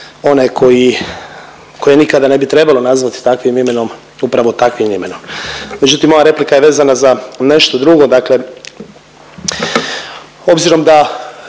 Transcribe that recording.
koji koje nikada ne bi trebalo nazvati takvim imenom upravo takvim imenom. Međutim, ova replika je vezana za nešto drugo. Dakle, obzirom da